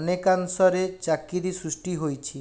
ଅନେକାଂଶରେ ଚାକିରୀ ସୃଷ୍ଟି ହୋଇଛି